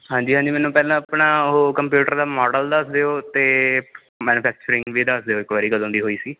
ਹਾਂਜੀ ਹਾਂਜੀ ਮੈਨੂੰ ਪਹਿਲਾਂ ਆਪਣਾ ਉਹ ਕੰਪਿਊਟਰ ਦਾ ਮਾਡਲ ਦੱਸ ਦਿਓ ਅਤੇ ਮੈਨੂਫੈਕਚਰਿੰਗ ਵੀ ਦੱਸ ਦਿਓ ਇੱਕ ਵਾਰੀ ਕਦੋਂ ਦੀ ਹੋਈ ਸੀ